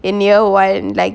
in your wild like